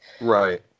Right